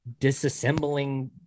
disassembling